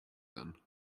then